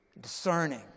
discerning